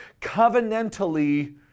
covenantally